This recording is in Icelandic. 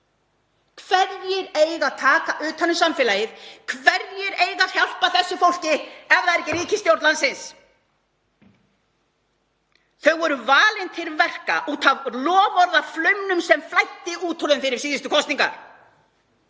Hverjir eiga að taka utan um samfélagið? Hverjir eiga að hjálpa þessu fólki ef það er ekki ríkisstjórn landsins? Þau voru valin til verka út af loforðaflauminum sem flæddi út úr þeim fyrir síðustu kosningar.